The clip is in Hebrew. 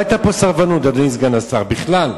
לא היתה פה סרבנות, אדוני סגן השר, בכלל,